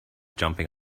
jumping